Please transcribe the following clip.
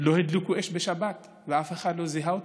לא הדליקו אש בשבת, ואף אחד לא זיהה אותם,